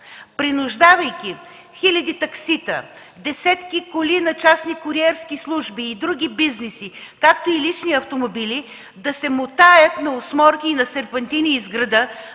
принуждавайки хиляди таксита, десетки коли на частни куриерски служби и други бизнеси, както и лични автомобили, да се мотаят на осморки и серпентини из града,